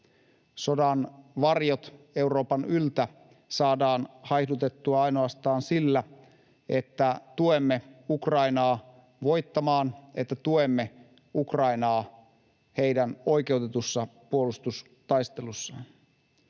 Sodan varjot Euroopan yltä saadaan haihdutettua ainoastaan sillä, että tuemme Ukrainaa voittamaan, että tuemme Ukrainaa heidän oikeutetussa puolustustaistelussaan.